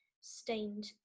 stained